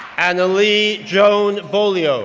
annalee joan beaulieu,